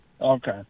Okay